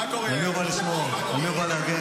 על מי הוא בא לשמור, על מי הוא בא להגן?